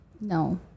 No